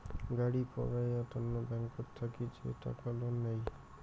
গাড়ি পৌরাই তন্ন ব্যাংকত থাকি যে টাকা লোন নেই